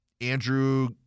Andrew